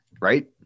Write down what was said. right